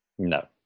no